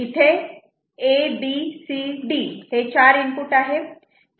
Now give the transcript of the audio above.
इथे A B C D हे चार इनपुट आहे